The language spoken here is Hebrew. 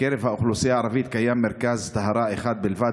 בקרב האוכלוסייה הערבית קיים מרכז טהרה אחד בלבד,